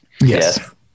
yes